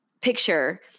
picture